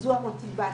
זו המוטיבציה.